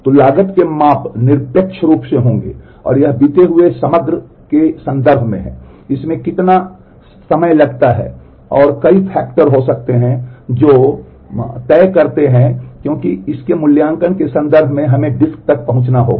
तो लागत के माप निरपेक्ष रूप से होंगे यह बीते हुए समय के संदर्भ में है कि इसमें कितना समय लगता है और कई फैक्टर हो सकते हैं जो मा तय करते हैं क्योंकि इस के मूल्यांकन के संदर्भ में हमें डिस्क तक पहुंचना होगा